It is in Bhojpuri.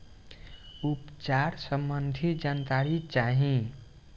उपचार सबंधी जानकारी चाही?